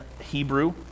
Hebrew